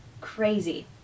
crazy